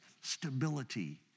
stability